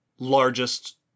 largest